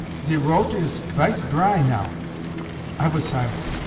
ze roat is kvite dry now i was silent.